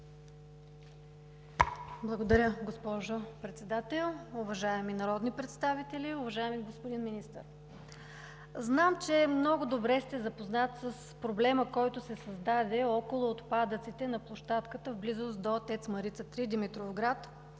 Благодаря, госпожо Председател. Уважаеми народни представители! Уважаеми господин Министър, знам, че много добре сте запознат с проблема, който се създаде около отпадъците на площадката в близост до ТЕЦ „Марица 3“ – Димитровград,